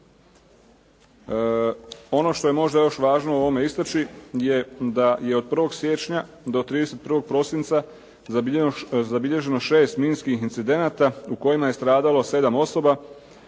Ono što je možda još važno u ovome istaći je da je od 1. siječnja do 31. prosinca zabilježeno 6 minskih incidenata u kojima je stradalo 7 osoba.